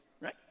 Right